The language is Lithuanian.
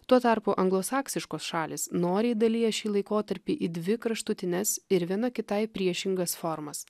tuo tarpu anglosaksiškos šalys noriai dalija šį laikotarpį į dvi kraštutines ir viena kitai priešingas formas